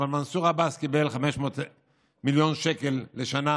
אבל מנסור עבאס קיבל 500 מיליון שקל לשנה